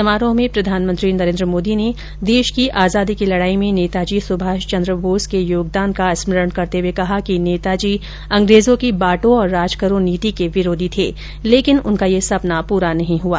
समारोह में प्रधानमंत्री नरेंद्र मोदी ने देश की आजादी की लड़ाई में नेताजी सुभाषचंद्र बोस के योगदान का स्मरण करते हुए कहा कि नेताजी अंग्रेजों की बांटों और राज करो नीति के विरोधी थे लेकिन उनका यह सपना प्ररा नही हुआ